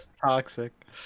Toxic